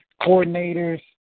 coordinators